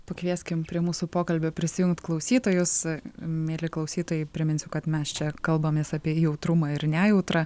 pakvieskim prie mūsų pokalbio prisijungt klausytojus mieli klausytojai priminsiu kad mes čia kalbamės apie jautrumą ir nejautrą